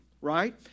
right